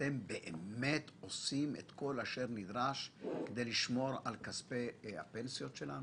שאתם באמת עושים את כל אשר נדרש כדי לשמור על כספי הפנסיות שלנו?